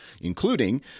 including